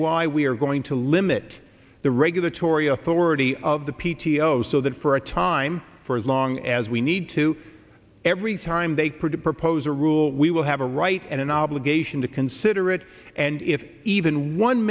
why we are going to limit the regulatory authority of the p t o so that for a time for as long as we need to every time they produce propose a rule we will have a right and an obligation to consider it and if even one